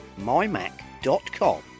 mymac.com